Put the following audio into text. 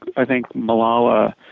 i think malala